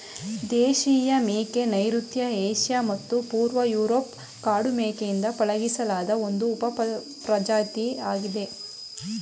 ದೇಶೀಯ ಮೇಕೆ ನೈಋತ್ಯ ಏಷ್ಯಾ ಮತ್ತು ಪೂರ್ವ ಯೂರೋಪ್ನ ಕಾಡು ಮೇಕೆಯಿಂದ ಪಳಗಿಸಿಲಾದ ಒಂದು ಉಪಪ್ರಜಾತಿ